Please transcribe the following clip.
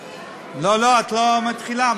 לא, את לא מתחילה.